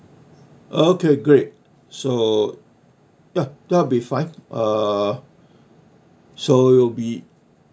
okay great so ya that will be fine uh so it'll be